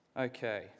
Okay